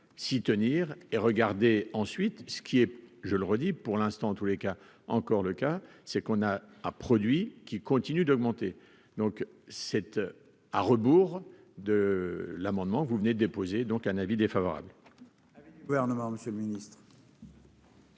s'y tenir et regarder ensuite ce qui est, je le redis, pour l'instant, en tous les cas encore le cas, c'est qu'on a a produit qui continue d'augmenter, donc cette à rebours de l'amendement, vous venez déposer donc un avis défavorable.